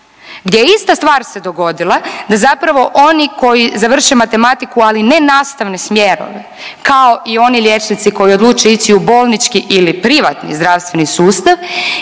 gdje ista stvar se dogodila, da zapravo oni koji završe matematiku, ali nenastavne smjerove, kao i oni liječnici koji odluče ići u bolnički ili privatni zdravstveni sustav,